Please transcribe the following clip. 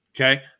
Okay